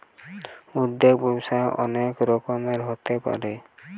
উদ্যোগ ব্যবসায়ে অনেক রকমের হতে পারে